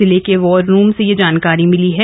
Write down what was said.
जिले के वार रूम से यह जानकारी मिली है